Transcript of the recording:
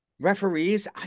Referees